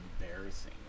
embarrassing